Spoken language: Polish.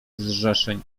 zrzeszeń